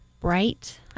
bright